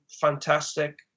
fantastic